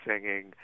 singing